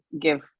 give